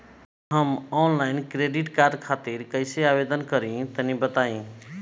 हम online credit card खातिर आवेदन कइसे करि तनि बताई?